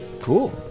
Cool